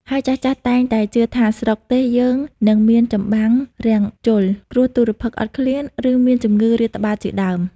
ហើយចាស់ៗតែងតែជឿថា ស្រុកទេសយើងនឹងមានចម្បាំងរាំងជល់ គ្រោះទុរ្ភិក្សអត់ឃ្លាន ឬមានជំងឺរាតត្បាតជាដើម។